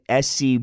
sc